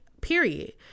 period